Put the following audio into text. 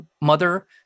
mother